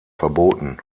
verboten